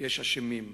יש אשמים,